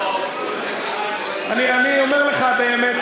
ואני אומר לך באוזן.